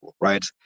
right